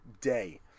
day